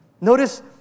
Notice